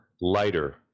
lighter